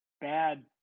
bad